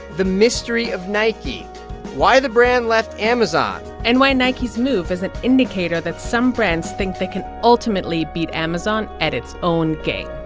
the mystery of nike why the brand left amazon and why nike's move is an indicator that some brands think they can ultimately beat amazon at its own game